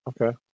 Okay